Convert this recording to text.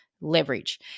leverage